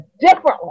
differently